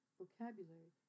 vocabulary